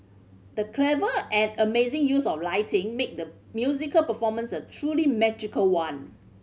the clever and amazing use of lighting made the musical performance a truly magical one